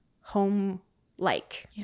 home-like